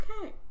Okay